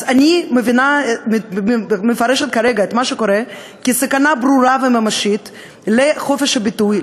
אז אני מבינה ומפרשת כרגע את מה שקורה כסכנה ברורה וממשית לחופש הביטוי,